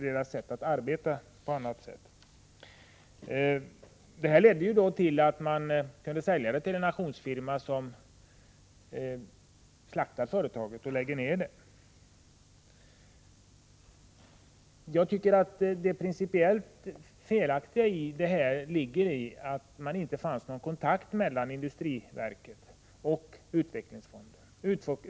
Detta ledde till att man kunde sälja sågverket till en auktionsfirma, som slaktar företaget och lägger ner det. Det principiellt felaktiga i detta ärende är att det inte fanns någon kontakt mellan industriverket och utvecklingsfonden.